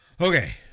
Okay